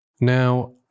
Now